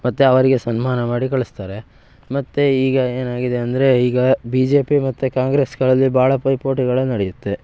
ಮತ್ತು ಅವರಿಗೆ ಸನ್ಮಾನ ಮಾಡಿ ಕಳಿಸ್ತಾರೆ ಮತ್ತು ಈಗ ಏನಾಗಿದೆ ಅಂದ್ರೆ ಈಗ ಬಿ ಜೆ ಪಿ ಮತ್ತು ಕಾಂಗ್ರೆಸ್ಗಳಲ್ಲಿ ಭಾಳ ಪೈಪೋಟಿಗಳೇ ನಡೆಯುತ್ತೆ